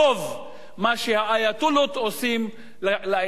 מה שהאייטולות עושים לעניין הפלסטיני.